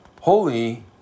holy